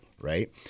Right